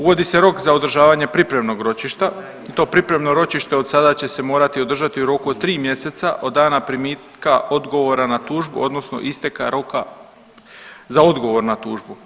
Uvodi se rok za održavanje pripremnog ročišta i to pripremno ročište od sada će se morati održati u roku od 3 mjeseca od dana primitka odgovora na tužbu odnosno isteka roka za odgovor na tužbu.